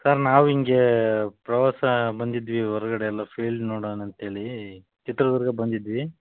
sir ನಾವು ಹಿಂಗೇ ಪ್ರವಾಸ ಬಂದಿದ್ವಿ ಹೊರ್ಗಡೆ ಎಲ್ಲ ಫೀಲ್ಡ್ ನೋಡೋಣ್ ಅಂತೇಳಿ ಚಿತ್ರದುರ್ಗ ಬಂದಿದ್ವಿ